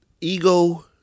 ego